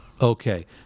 Okay